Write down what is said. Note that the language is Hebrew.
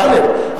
טלב,